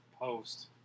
post